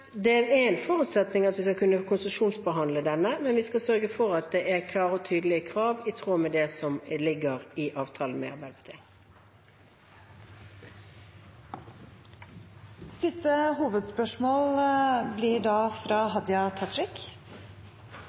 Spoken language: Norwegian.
Det er en forutsetning at vi skal kunne konsesjonsbehandle denne, men vi skal sørge for at det er klare og tydelige krav, i tråd med det som ligger i avtalen med Arbeiderpartiet. Siste hovedspørsmål blir da fra Hadia Tajik.